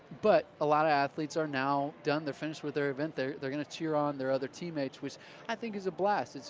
but a lot of athletes are now done. they're finished with their event. they're they're going to cheer on their other teammates, which i think is a blast.